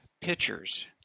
pitchers